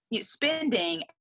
spending